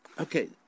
Okay